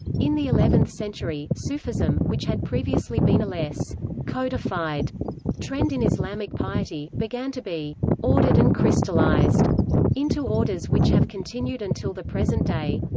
in the eleventh-century, sufism, which had previously been a less codified trend in islamic piety, began to be ordered and crystallized into orders which have continued until the present day.